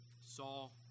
Saul